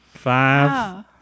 Five